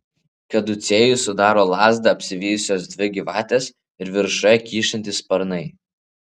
kaducėjų sudaro lazdą apsivijusios dvi gyvatės ir viršuje kyšantys sparnai